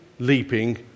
Leaping